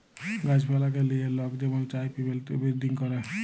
গাহাছ পালাকে লিয়ে লক যেমল চায় পিলেন্ট বিরডিং ক্যরে